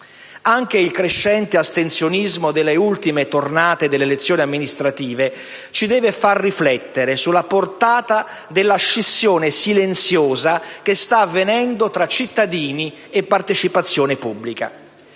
Anche il crescente astensionismo delle ultime tornate delle elezioni amministrative ci deve far riflettere sulla portata della scissione silenziosa che sta avvenendo tra cittadini e partecipazione pubblica.